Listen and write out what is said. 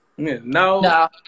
No